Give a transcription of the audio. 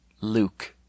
Luke